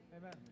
Amen